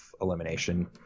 elimination